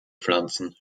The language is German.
pflanzen